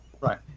Right